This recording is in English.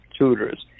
tutors